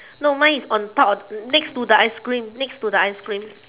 no mine is on top of next to the ice cream next to the ice cream